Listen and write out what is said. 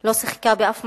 לא שיחקה באף מקום,